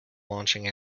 launching